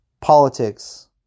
politics